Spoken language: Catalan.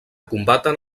combaten